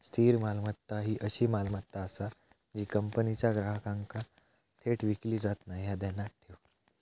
स्थिर मालमत्ता ही अशी मालमत्ता आसा जी कंपनीच्या ग्राहकांना थेट विकली जात नाय, ह्या ध्यानात ठेव